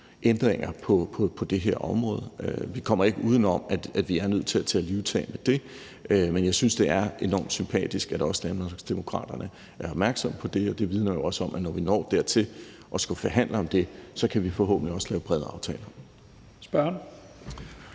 ændringer på det her område. Vi kommer ikke udenom, at vi er nødt til at tage livtag med det, men jeg synes, det er enormt sympatisk, at også Danmarksdemokraterne er opmærksomme på det, og det vidner jo også om, at vi, når vi når til at skulle forhandle om det, så forhåbentlig også kan lave brede aftaler.